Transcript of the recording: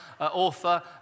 author